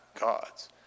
God's